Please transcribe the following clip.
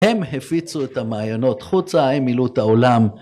‫הם הפיצו את המעיינות ‫חוצה, הם מילאו את העולם.